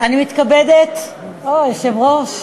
אני מתכבדת, או-או, היושב-ראש,